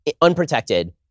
unprotected